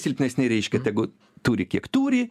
silpnesni reiškia tegu turi kiek turi